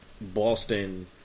Boston